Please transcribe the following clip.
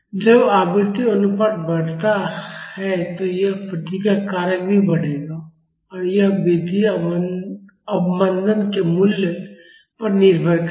जब आवृत्ति अनुपात बढ़ता है तो यह प्रतिक्रिया कारक भी बढ़ेगा और यह वृद्धि अवमंदन के मूल्य पर निर्भर करेगी